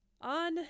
On